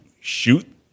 shoot